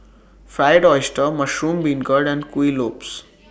Fried Oyster Mushroom Beancurd and Kuih Lopes